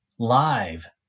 Live